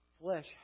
Flesh